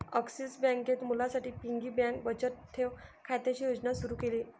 axis बँकेत मुलांसाठी piggy bank बचत ठेव खात्याची योजना सुरू केली